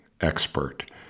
expert